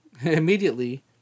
Immediately